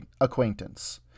acquaintance